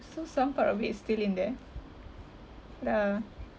so some part of it still in there what ah